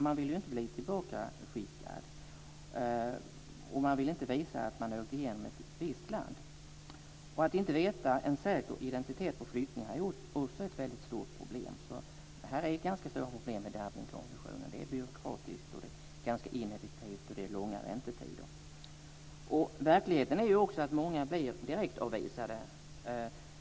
Man vill inte bli tillbakaskickad. Man vill inte visa att man åkt igenom ett visst land. Att inte veta en säker identitet på flyktingarna är också ett väldigt stort problem. Här finns det ganska stora problem med Dublinkonventionen. Det är byråkratiskt och ganska ineffektivt med långa väntetider. Verkligheten är ju också att många blir direktavvisade.